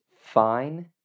fine